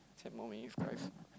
ten more minutes guys